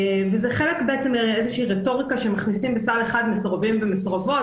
זה חלק בעצם מאיזושהי רטוריקה שמכניסים בסל אחד מסורבים ומסורבות,